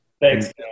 Thanks